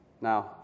now